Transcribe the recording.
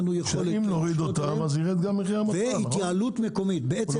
ירד גם מחיר המטרה, נכון?